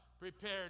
Prepared